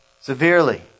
severely